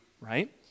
right